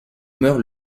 meurt